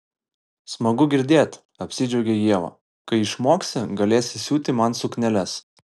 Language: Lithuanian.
smagu girdėt apsidžiaugė ieva kai išmoksi galėsi siūti man sukneles